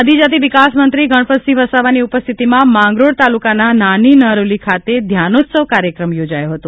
આદિજાતિ વિકાસમંત્રી ગણપતસિંહ વસાવાની ઉપસ્થિતિમાં માંગરોળ તાલુકાના નાની નરોલી ખાતે ધ્યાનોત્સવ કાર્યક્રમ યોજાયો હતો